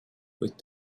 with